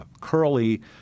curly